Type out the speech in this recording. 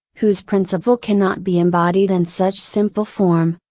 whose principle cannot be embodied in such simple form,